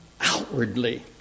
outwardly